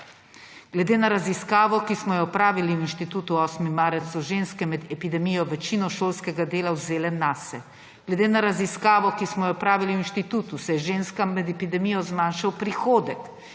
Glede na raziskavo, ki smo jo opravili na Inštitutu 8. marec, so ženske med epidemijo večino šolskega dela vzele nase. Glede na raziskavo, ki smo jo opravili na Inštitutu, se je ženskam med epidemijo zmanjšal prihodek.